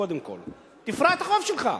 קודם כול, תפרע את החוב שלך.